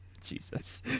Jesus